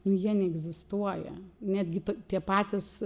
nu jie neegzistuoja netgi tie patys